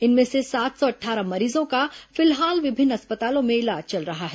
इनमें से सात सौ अट्ठारह मरीजों का फिलहाल विभिन्न अस्पतालों में इलाज चल रहा है